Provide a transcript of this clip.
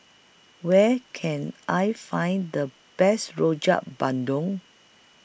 Where Can I Find The Best Rojak Bandung